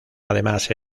además